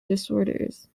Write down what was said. disorders